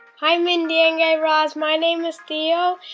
hi, mindy and guy raz. my name is theo,